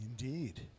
Indeed